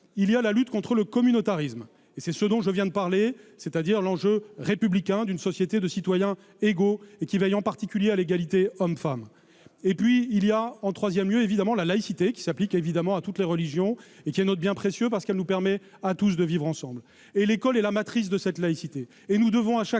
il y a la lutte contre le communautarisme, ce dont je viens de parler : l'enjeu républicain d'une société de citoyens égaux veillant en particulier à l'égalité entre les hommes et les femmes. Enfin, il y a la laïcité, qui s'applique évidemment à toutes les religions et qui est notre bien précieux, parce qu'elle nous permet à tous de vivre ensemble. L'école est la matrice de cette laïcité,